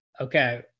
Okay